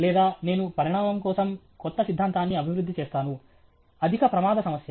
లేదా నేను పరిణామం కోసం కొత్త సిద్ధాంతాన్ని అభివృద్ధి చేస్తాను అధిక ప్రమాద సమస్య